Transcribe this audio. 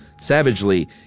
Savagely